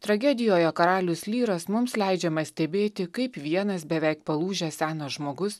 tragedijoje karalius lyras mums leidžiama stebėti kaip vienas beveik palūžęs senas žmogus